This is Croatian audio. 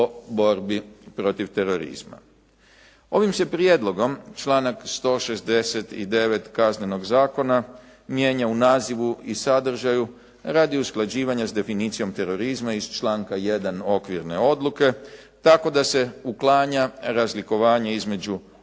o borbi protiv terorizma. Ovim se prijedlogom članak 169. Kaznenog zakona mijenja u nazivu i sadržaju radi usklađivanja s definicijom terorizma iz članka 1. okvirne odluke tako da se uklanja razlikovanje između